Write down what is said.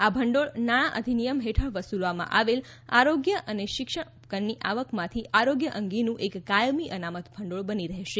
આ ભંડોળ નાણાં અધિનિયમ હેઠળ વસૂલવામાં આવેલ આરોગ્ય અને શિક્ષણ ઉપકરની આવકમાંથી આરોગ્ય અંગેનું એક કાયમી અનામત ભંડોળ બની રહેશે